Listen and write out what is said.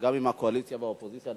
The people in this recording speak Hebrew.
גם עם הקואליציה והאופוזיציה,